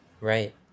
Right